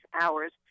hours